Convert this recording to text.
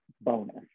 bonus